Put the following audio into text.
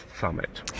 Summit